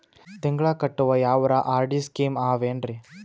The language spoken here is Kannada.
ತಿಂಗಳ ಕಟ್ಟವು ಯಾವರ ಆರ್.ಡಿ ಸ್ಕೀಮ ಆವ ಏನ್ರಿ?